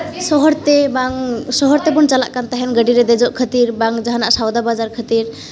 ᱥᱚᱦᱚᱨ ᱛᱮ ᱵᱟᱝ ᱥᱚᱦᱚᱨ ᱛᱮᱵᱚᱱ ᱪᱟᱞᱟᱜ ᱠᱟᱱ ᱛᱟᱦᱮᱱ ᱜᱟᱹᱰᱤ ᱨᱮ ᱫᱮᱡᱚᱜ ᱠᱷᱟᱹᱛᱤᱨ ᱵᱟᱝ ᱡᱟᱦᱟᱱᱟᱜ ᱥᱚᱭᱫᱟ ᱵᱟᱡᱟᱨ ᱠᱷᱟᱹᱛᱤᱨ